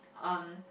um